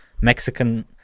Mexican